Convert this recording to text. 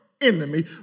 enemy